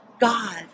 God